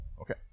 Okay